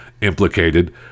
implicated